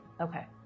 Okay